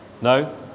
No